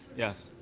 yes.